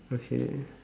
okay